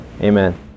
Amen